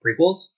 prequels